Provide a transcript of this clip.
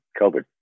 COVID